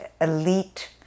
elite